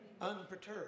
unperturbed